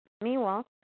Meanwhile